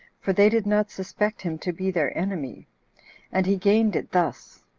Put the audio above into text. for they did not suspect him to be their enemy and he gained it thus,